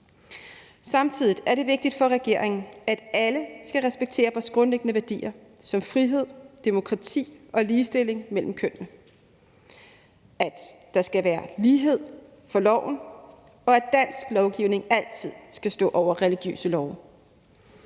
Samtidig er det vigtigt for regeringen, at alle skal respektere vores grundlæggende værdier som frihed, demokrati og ligestilling mellem kønnene, at der skal være lighed for loven, og at dansk lovgivning altid skal stå over religiøse love.